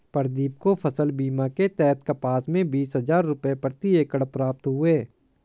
प्रदीप को फसल बीमा के तहत कपास में बीस हजार रुपये प्रति एकड़ प्राप्त हुए